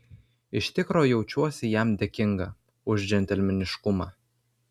iš tikro jaučiuosi jam dėkinga už džentelmeniškumą